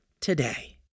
today